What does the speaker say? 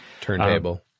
Turntable